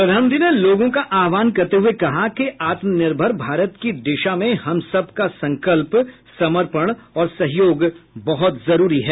प्रधानमंत्री ने लोगों का आह्वान करते हुए कहा कि आत्मनिर्भर भारत की दिशा में हम सब का संकल्प समर्पण और सहयोग बहुत जरूरी है